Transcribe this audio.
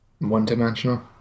one-dimensional